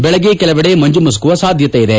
ಬೆಳಗ್ಗೆ ಕೆಲವೆಡೆ ಮಂಜು ಮುಸುಕುವ ಸಾಧ್ಯತೆ ಇದೆ